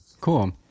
Cool